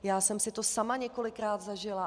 Já jsem si to sama několikrát zažila.